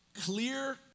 clear